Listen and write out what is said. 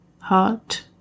Heart